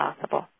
possible